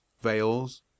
veils